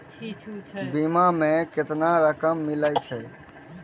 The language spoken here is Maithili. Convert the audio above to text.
बीमा में केतना रकम मिले छै?